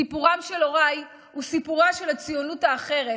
סיפורם של הוריי הוא סיפורה של הציונות האחרת,